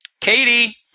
Katie